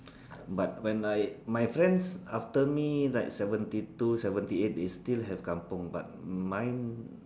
but when I my friends after me like seventy two seventy eight they still have kampung but mine